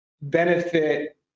benefit